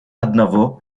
одного